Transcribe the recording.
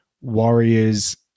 Warriors